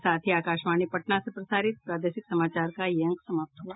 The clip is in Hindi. इसके साथ ही आकाशवाणी पटना से प्रसारित प्रादेशिक समाचार का ये अंक समाप्त हुआ